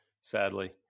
Sadly